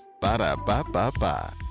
Ba-da-ba-ba-ba